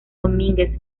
domínguez